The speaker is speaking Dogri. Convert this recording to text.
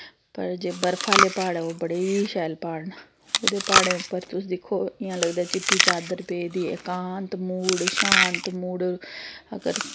पर जे बर्फ आह्ले प्हाड़ ऐ ओह् बड़े गै शैल प्हाड़ न ओह्दे प्हाड़ें उप्पर तुस दिक्खो इ'यां लगदा ऐ चिट्टी चादर पेदी ऐ एकांत मूड शांत मूड होर अगर